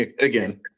again